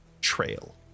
trail